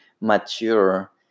mature